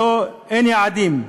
אין יעדים.